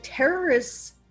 Terrorists